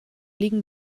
liegen